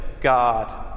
God